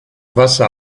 wasser